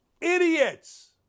Idiots